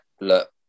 look